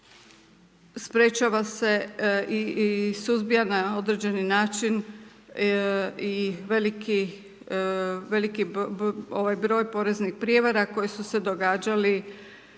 sprječava se i suzbija na određeni način i veliki broj poreznih prijevara koji su se događali